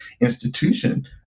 institution